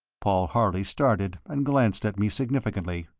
paul harley started and glanced at me significantly.